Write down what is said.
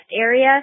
area